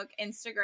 Instagram